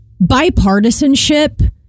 bipartisanship